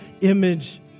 image